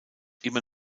immer